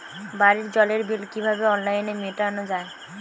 বাড়ির জলের বিল কিভাবে অনলাইনে মেটানো যায়?